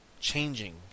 changing